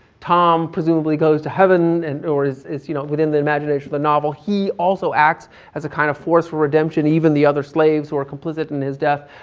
tom presumably goes to heaven and or is is you know, within the imagination of the novel, he also acts as a kind of force for redemption, even the other slaves who are complicit in his death,